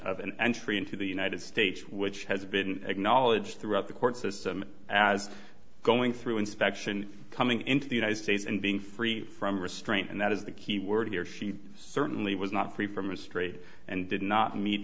of an entry into the united states which has been acknowledged throughout the court system as going through inspection coming into the united states and being free from restraint and that is the key word here she certainly was not free from history and did not meet